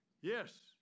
Yes